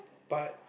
but